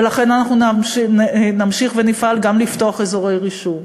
לכן אנחנו נמשיך ונפעל גם לפתוח אזורי רישום,